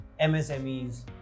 MSMEs